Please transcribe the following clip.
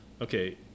Okay